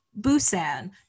busan